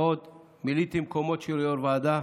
ועוד מילאתי מקומות של יו"ר ועדה.